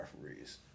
referees